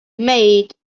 maid